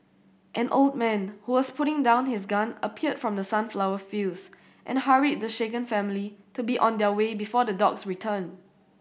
an old man who was putting down his gun appeared from the sunflower fields and hurried the shaken family to be on their way before the dogs return